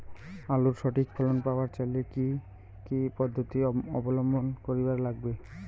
আলুর সঠিক ফলন পাবার চাইলে কি কি পদ্ধতি অবলম্বন করিবার লাগবে?